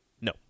No